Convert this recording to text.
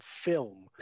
film